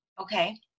Okay